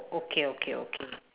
okay okay okay